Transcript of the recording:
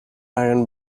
iron